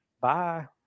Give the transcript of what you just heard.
Bye